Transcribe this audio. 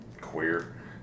Queer